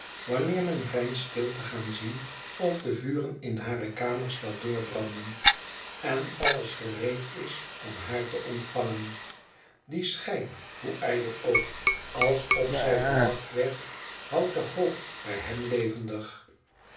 wanneer men veinst stil te gaan zien of de vuren in hare kamers wel doorbranden en alles gereed is om haar te ontvangen die schijn hoe ijdel ook alsof zij verwacht werd houdt de hoop bij hem levendig